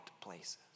places